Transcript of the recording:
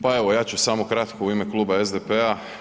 Pa evo ja ću samo kratko u ime kluba SDP-a.